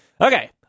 Okay